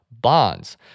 bonds